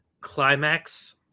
climax